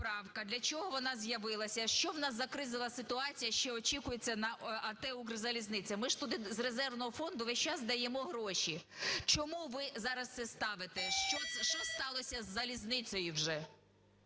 поправка, для чого вона з'явилася? Що в нас за кризова ситуація, що очікується на АТ "Укрзалізниця"? Ми ж туди з резервного фонду весь час даємо гроші. Чому ви зараз це ставите? Що сталося із залізницею вже?